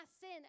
sin